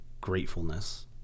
gratefulness